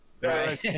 right